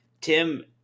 Tim